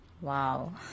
Wow